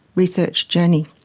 research journey.